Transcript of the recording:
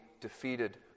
defeated